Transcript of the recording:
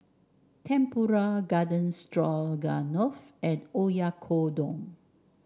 Tempura Garden Stroganoff and Oyakodon